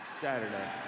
saturday